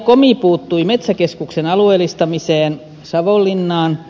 komi puuttui metsäkeskuksen alueellistamiseen savonlinnaan